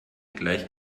gleich